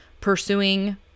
pursuing